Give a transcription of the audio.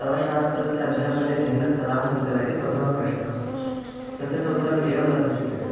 तव शास्त्रस्य अध्यापने भिन्नस्तराः सन्ति वा इति प्रथमः प्रश्नः तस्य च उत्तरम् एवं दातुं शक्यते